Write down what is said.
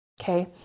okay